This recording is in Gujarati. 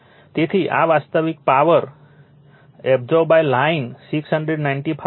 તેથી આ વાસ્તવિક પાવર એબ્સોર્બ લાઈન 695